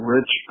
Rich